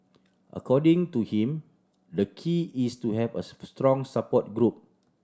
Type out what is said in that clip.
according to him the key is to have a strong support group